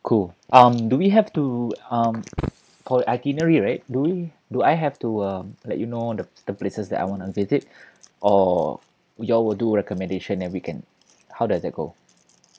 cool um do we have to um for the itinerary right do we why do I have to um let you know the the places that I wanna visit or you all will do recommendation and we can how does that go